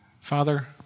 Father